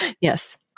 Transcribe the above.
Yes